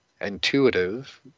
intuitive